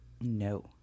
No